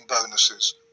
bonuses